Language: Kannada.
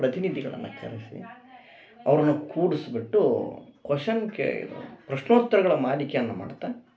ಪ್ರತಿನಿಧಿಗಳನ್ನು ಕರೆಸಿ ಅವ್ರನ್ನ ಕೂಡಿಸ್ಬಿಟ್ಟು ಕೊಷನ್ ಕೇ ಇದು ಪ್ರಶ್ನೋತ್ತರಗಳ ಮಾಲಿಕೆಯನ್ನು ಮಾಡುತ್ತ